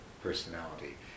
personality